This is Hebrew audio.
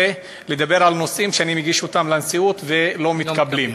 לדבר על נושאים שאני מגיש לנשיאות ולא מתקבלים.